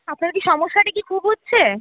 আপনার কি সমস্যাটা কি খুব হচ্ছে